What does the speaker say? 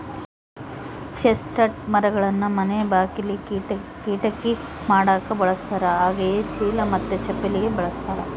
chestnut ಮರಗಳನ್ನ ಮನೆ ಬಾಕಿಲಿ, ಕಿಟಕಿ ಮಾಡಕ ಬಳಸ್ತಾರ ಹಾಗೆಯೇ ಚೀಲ ಮತ್ತೆ ಚಪ್ಪಲಿಗೆ ಬಳಸ್ತಾರ